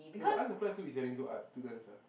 no but art supply so we selling to art students ah